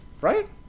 right